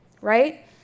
right